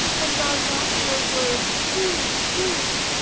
and are not her words too true?